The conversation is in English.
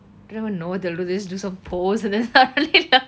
don't even know the they'll always do some pose and then